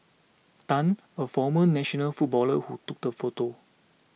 Tan a former national footballer who took the photo